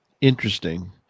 Interesting